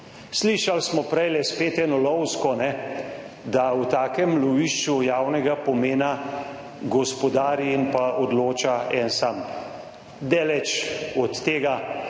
Slišali smo prej spet eno lovsko, da v takem lovišču javnega pomena gospodari in pa odloča en sam. Daleč od tega,